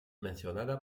mencionada